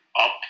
up